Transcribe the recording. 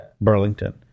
Burlington